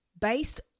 based